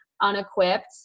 unequipped